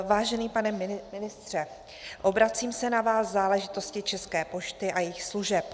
Vážený pane ministře, obracím se na vás v záležitosti České pošty a jejích služeb.